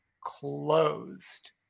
closed